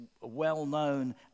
well-known